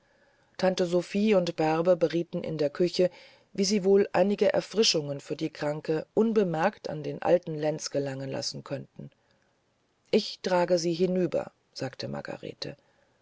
tante sophie und bärbe berieten in der küche wie sie wohl einige erfrischungen für die kranke unbemerkt an den alten lenz gelangen lassen könnten ich trage sie hinüber sagte margarete